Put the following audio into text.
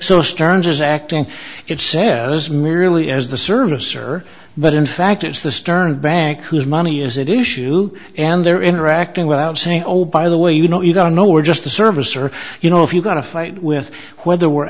so stearns is acting it says merely as the service are but in fact it's the stern bank whose money is it issue and they're interacting without saying oh by the way you know you don't know we're just a service or you know if you've got a fight with whether we're